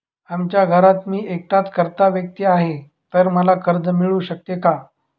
आमच्या घरात मी एकटाच कर्ता व्यक्ती आहे, तर मला कर्ज मिळू शकते का?